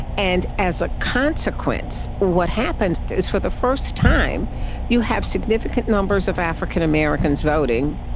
and as a consequence, what happens is for the first time you have significant numbers of african americans voting,